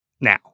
now